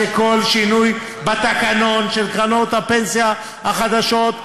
שכל שינוי בתקנון של קרנות הפנסיה החדשות,